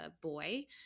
boy